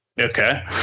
okay